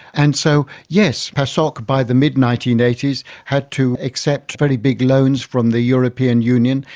and so yes, pasok by the mid nineteen eighty s had to accept very big loans from the european union,